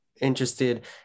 interested